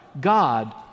God